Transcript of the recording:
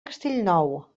castellnou